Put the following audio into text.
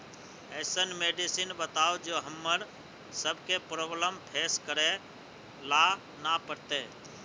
ऐसन मेडिसिन बताओ जो हम्मर सबके प्रॉब्लम फेस करे ला ना पड़ते?